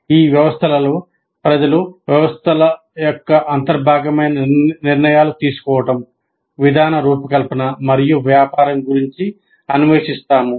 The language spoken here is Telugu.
ఈ వ్యవస్థలలో ప్రజలు వ్యవస్థల యొక్క అంతర్భాగమైన నిర్ణయాలు తీసుకోవడం విధాన రూపకల్పన మరియు వ్యాపారం గురించి మేము అన్వేషిస్తాము